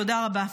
תודה רבה.